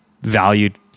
valued